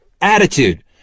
attitude